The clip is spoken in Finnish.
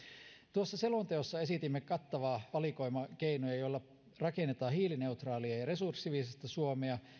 tuossa selonteossa esitimme kattavaa valikoimaa keinoja joilla rakennetaan hiilineutraalia ja ja resurssiviisasta suomea